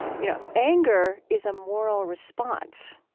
you know anger is a moral response,